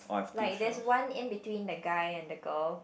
like there's one in between the guy and the girl